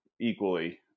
equally